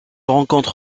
rencontre